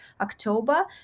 October